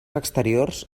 exteriors